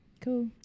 Cool